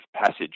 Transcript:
passage